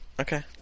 Okay